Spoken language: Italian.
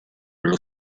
allo